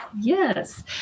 Yes